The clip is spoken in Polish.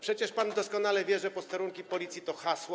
Przecież pan doskonale wie, że posterunki Policji to hasło.